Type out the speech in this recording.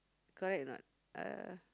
correct not uh